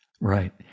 Right